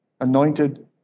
anointed